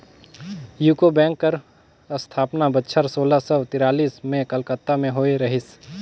UCO bank कर असथापना बछर सोला सव तिरालिस में कलकत्ता में होए रहिस